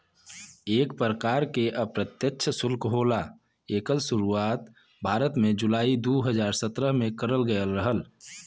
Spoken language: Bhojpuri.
एक परकार के अप्रत्यछ सुल्क होला एकर सुरुवात भारत में जुलाई दू हज़ार सत्रह में करल गयल रहल